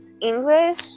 English